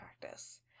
practice